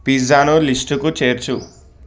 పిజ్జాను లిస్ట్కు చేర్చు